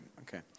okay